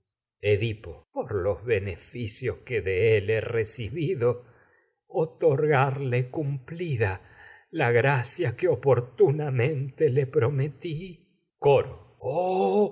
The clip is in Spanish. edipo por los beneficios que de él he recibido otorgarle prometí coro cumplida la gracia que oportunamente le oh